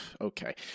Okay